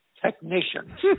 Technicians